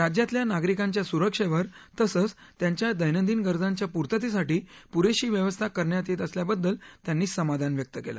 राज्यातल्या नागरिकांच्या सुरक्षेवर तसंच त्याच्या दैनंदिन गरजांच्या पूर्ततेसाठी पुरेशी व्यवस्था करण्यात येत असल्याबद्दल त्यांनी समाधान व्यक्त केलं